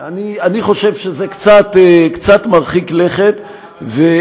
אני חושב שזה קצת מרחיק לכת.